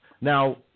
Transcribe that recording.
Now